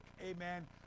amen